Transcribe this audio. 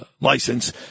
license